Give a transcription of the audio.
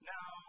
Now